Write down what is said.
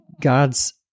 god's